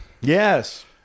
Yes